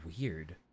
weird